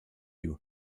you